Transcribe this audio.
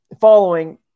following